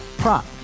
prop